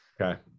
Okay